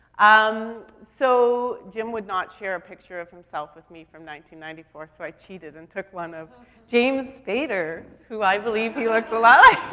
um, so jim would not share a picture of himself with me ninety ninety four, so i cheated and took one of james spader, who i believe he looks a lot like.